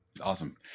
Awesome